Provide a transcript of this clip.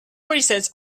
prisons